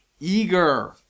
eager